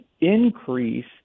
increase